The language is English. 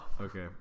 Okay